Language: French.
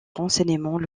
renseignements